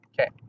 Okay